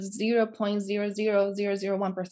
0.00001%